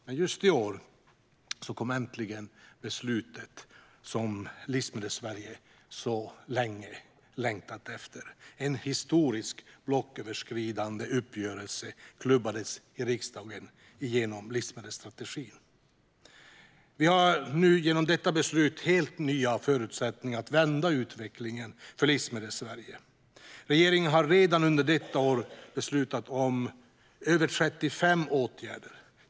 Men just i år kom äntligen beslutet som Livsmedelssverige så länge längtat efter. En historisk blocköverskridande uppgörelse klubbades i riksdagen genom livsmedelsstrategin. Vi har nu genom detta beslut helt nya förutsättningar att vända utvecklingen för Livsmedelssverige. Regeringen har redan under detta år beslutat om över 35 åtgärder.